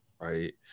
right